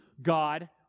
God